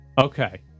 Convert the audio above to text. Okay